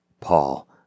Paul